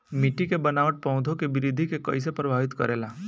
मिट्टी के बनावट पौधों की वृद्धि के कईसे प्रभावित करेला?